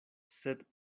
sed